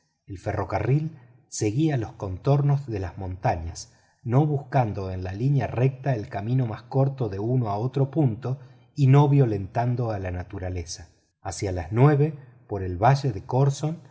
el ferrocarril seguía los contornos de las montañas no buscando en la línea recta el camino más corto de uno a otro punto y no violentando a la naturaleza hacia las nueve por el valle de corson